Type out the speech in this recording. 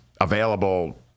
available